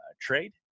trade